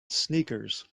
sneakers